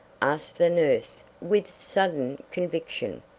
asked the nurse with sudden conviction.